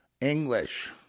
English